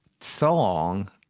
song